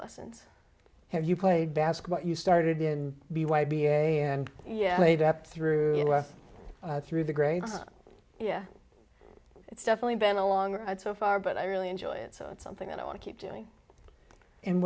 lessons have you played basketball you started in b y b a and yet made up through us through the grades yeah it's definitely been a long ride so far but i really enjoy it so it's something that i want to keep doing